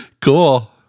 Cool